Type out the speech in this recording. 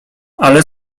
ale